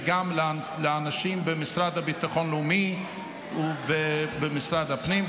וגם לאנשים במשרד לביטחון לאומי ובמשרד הפנים,